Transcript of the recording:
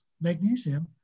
magnesium